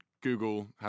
Google